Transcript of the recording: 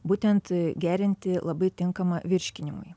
būtent gerinti labai tinkama virškinimui